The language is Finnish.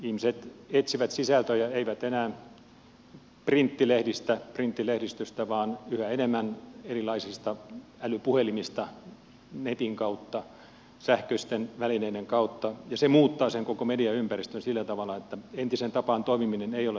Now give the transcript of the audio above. ihmiset eivät etsi sisältöjä enää printtilehdistöstä vaan yhä enemmän erilaisista älypuhelimista netin kautta sähköisten välineiden kautta ja se muuttaa sen koko mediaympäristön sillä tavalla että entiseen tapaan toimiminen ei ole mahdollista